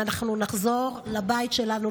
ואנחנו נחזור לבית שלנו,